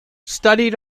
studied